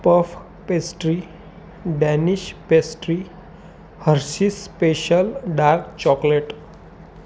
puff pastry Danish pastry hershey's special dark chocolate